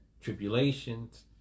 tribulations